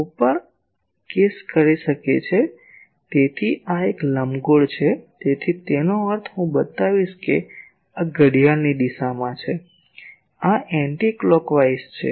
હું પણ કેસ કરી શકે છે જ્યાં તેથી આ એક લંબગોળ છે તેથી તેનો અર્થ હું બતાવીશ કે આ ઘડિયાળની દિશામાં છે આ ઘડિયાળની વિરુદ્ધ દિશામાં છે